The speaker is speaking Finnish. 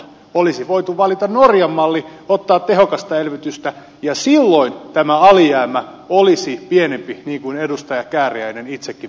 olisi voitu valita norjan malli ottaa tehokasta elvytystä ja silloin tämä alijäämä olisi pienempi niin kuin edustaja kääriäinen itsekin peräänkuulutti